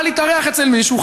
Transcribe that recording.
הוא בא להתארח אצל מישהו,